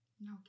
No